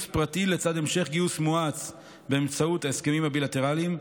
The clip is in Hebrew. פרטי לצד המשך גיוס מואץ באמצעות ההסכמים הבילטרליים,